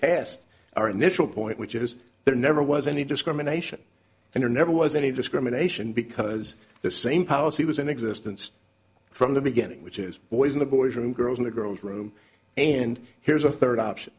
past our initial point which is there never was any discrimination and there never was any discrimination because the same policy was in existence from the beginning which is always in the boardroom girls in the girls room and here's a third option